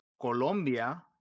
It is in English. Colombia